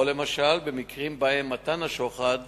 או למשל במקרים שבהם מתן השוחד